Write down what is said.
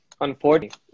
unfortunately